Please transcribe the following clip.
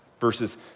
Verses